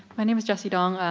my name is jessie dawn.